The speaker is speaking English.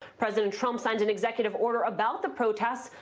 president trump signed an executive order about the protests,